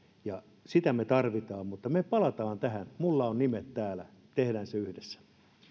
ja sitä me tarvitsemme me palaamme tähän minulla on nimet täällä tehdään se yhdessä